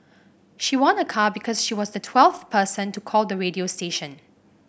she won a car because she was the twelfth person to call the radio station